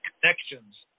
connections